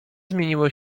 zmieniło